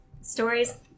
Stories